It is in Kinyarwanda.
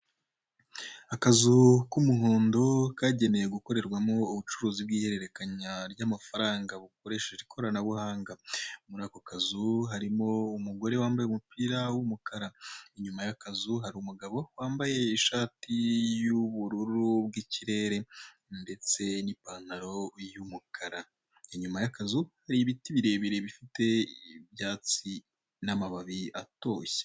Akazu k'umuhondo kagenewe gukorerwamo ubucuruzi bw'iyererekanya ry'amafaranga bukoresheje ikoranabuhanga. Muri ako kazu harimo umugore wambaye umupira w'umukara, inyuma y'akazu hari umugabo wambaye ishati y'ubururu bw'ikirere ndetse n'ipantaro y'umukara, inyuma y'akazi hari ibiti birebire bifite ibyatsi n'amababi atoshye.